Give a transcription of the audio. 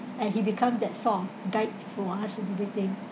and he become that sole guide for us and everything